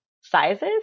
sizes